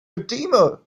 fatima